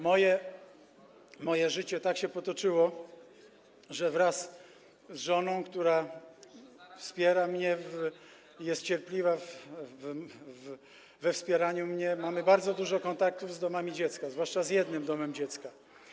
Moje życie tak się potoczyło, że wraz z żoną, która wspiera mnie, jest cierpliwa we wspieraniu mnie, mamy bardzo dużo kontaktów z domami dziecka, zwłaszcza z jednym domem dziecka.